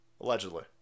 Allegedly